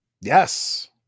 Yes